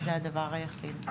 זה הדבר היחיד.